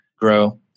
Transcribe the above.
grow